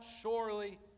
surely